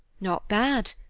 not bad!